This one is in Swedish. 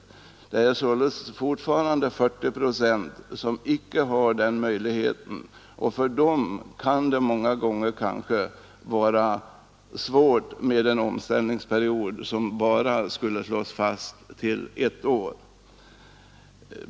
40 procent av de gifta kvinnorna har således inte möjlighet att försörja sig genom eget arbete, och för dem kan det uppstå vissa svårigheter om omställningsperioden skulle slås fast till endast ett år.